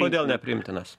kodėl nepriimtinas